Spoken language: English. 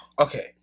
okay